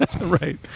Right